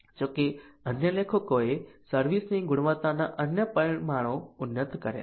જોકે અન્ય લેખકોએ સર્વિસ ની ગુણવત્તાના અન્ય પરિમાણો ઉન્નત કર્યા છે